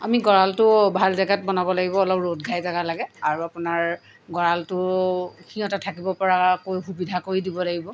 আমি গঁড়ালটো ভাল জেগাত বনাব লাগিব অলপ ৰ'দ ঘাই জেগা লাগে আৰু আপোনাৰ গঁড়ালটো সিহঁতে থাকিব পৰাকৈ সুবিধা কৰি দিব লাগিব